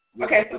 Okay